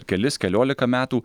kelis keliolika metų